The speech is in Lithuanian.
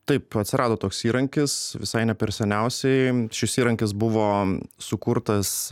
taip atsirado toks įrankis visai ne per seniausiai šis įrankis buvo sukurtas